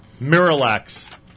Miralax